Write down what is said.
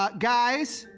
but guys?